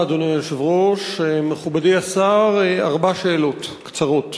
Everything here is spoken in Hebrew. אדוני היושב-ראש, מכובדי השר, ארבע שאלות קצרות: